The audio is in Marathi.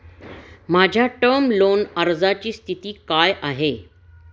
माझ्या टर्म लोन अर्जाची स्थिती काय आहे?